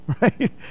right